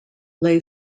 lay